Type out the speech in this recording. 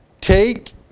Take